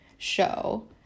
show